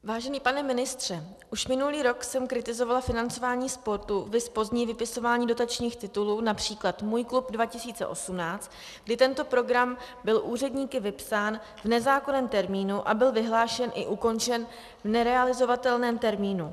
Vážený pane ministře, už minulý rok jsem kritizovala financování sportu, viz pozdní vypisování dotačních titulů, například Můj klub 2018, kdy tento program byl úředníky vypsán v nezákonném termínu a byl vyhlášen i ukončen v nerealizovatelném termínu.